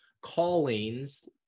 Callings